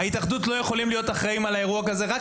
ההתאחדות לא יכולים להיות על אירוע כזה ורק